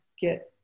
get